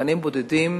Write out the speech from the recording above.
שחקנים בודדים.